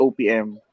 OPM